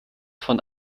von